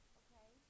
okay